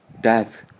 death